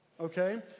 Okay